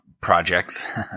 projects